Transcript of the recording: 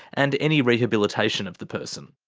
and any rehabilitation of the person.